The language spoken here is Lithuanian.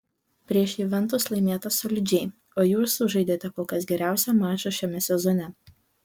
prieš juventus laimėta solidžiai o jūs sužaidėte kol kas geriausią mačą šiame sezone